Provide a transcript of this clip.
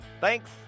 Thanks